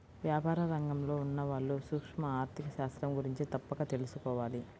వ్యాపార రంగంలో ఉన్నవాళ్ళు సూక్ష్మ ఆర్ధిక శాస్త్రం గురించి తప్పక తెలుసుకోవాలి